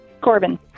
Corbin